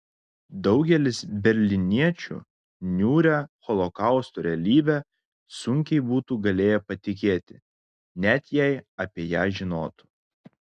daugelis berlyniečių niūria holokausto realybe sunkiai būtų galėję patikėti net jei apie ją žinotų